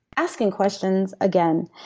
asking questions, again.